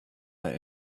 let